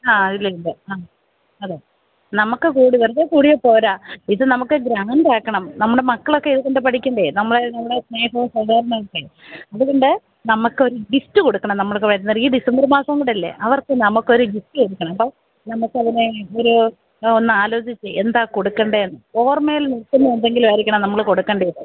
ആ ഇല്ല ഇല്ല ആ അതെ നമ്മള്ക്ക് കൂടി വെറുതേ കൂടിയാല്പ്പോരാ ഇതു നമുക്ക് ഗ്രാൻഡാക്കണം നമ്മുടെ മക്കളൊക്കെ ഇതു കണ്ടുപഠിക്കേണ്ടേ നമ്മളുടെ നമ്മളുടെ സ്നേഹവും സഹകരണവുമൊക്കെ അതുകൊണ്ട് നമ്മള്ക്കൊരു ലിസ്റ്റ് കൊടുക്കണം നമ്മൾക്ക് വരുന്നവര്ക്ക് ഡിസംബർ മാസം കൂടെയല്ലേ അവർക്ക് നമുക്കൊരു ഗിഫറ്റ് കൊടുക്കണം അപ്പോള് നമുക്കതിന് ഒരു ഒന്ന് ആലോചിച്ച് എന്താണു കൊടുക്കേണ്ടതെന്ന് ഓർമയിൽ നിൽക്കുന്ന എന്തെങ്കിലുമായിരിക്കണം നമ്മള് കൊടുക്കേണ്ടത്